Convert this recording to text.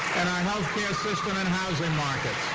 health care system and housing market.